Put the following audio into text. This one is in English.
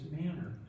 manner